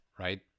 Right